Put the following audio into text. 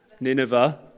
Nineveh